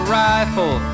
rifle